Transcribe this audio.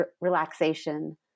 relaxation